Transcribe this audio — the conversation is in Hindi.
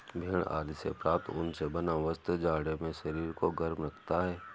भेड़ आदि से प्राप्त ऊन से बना वस्त्र जाड़े में शरीर को गर्म रखता है